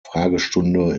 fragestunde